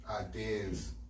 ideas